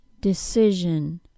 Decision